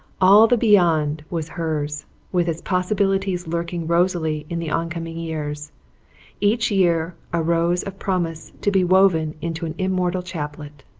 all the beyond was hers with its possibilities lurking rosily in the oncoming years each year a rose of promise to be woven into an immortal chaplet.